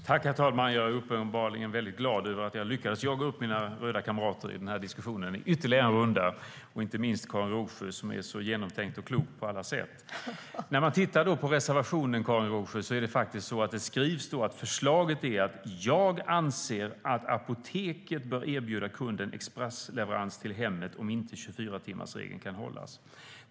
Herr talman! Jag är väldigt glad över att jag lyckades jaga upp mina röda kamrater i den här diskussionen ytterligare en runda, inte minst Karin Rågsjö, som är så genomtänkt och klok på alla sätt. I reservationen står det: "Jag anser också att apoteket bör erbjuda kunden expressleverans till hemmet om inte 24-timmarsregeln kan hållas."